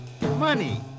money